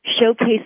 showcase